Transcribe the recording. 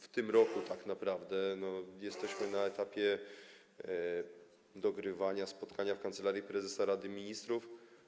W tym roku tak naprawdę jesteśmy na etapie dogrywania, spotykania się w Kancelarii Prezesa Rady Ministrów.